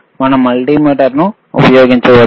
మనం మల్టీమీటర్ ఉపయోగించవచ్చు